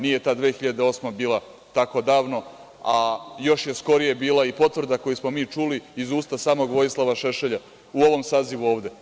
Nije ta 2008. godina bila tako davno, a još je skorije bila i potvrda koju smo mi čuli iz usta samog Vojislava Šešelja u ovom sazivu ovde.